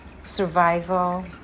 survival